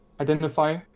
identify